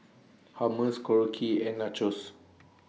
Hummus Korokke and Nachos